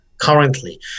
currently